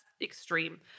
extreme